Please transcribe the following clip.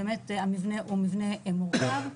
המבנה הוא מבנה מורכב,